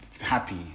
happy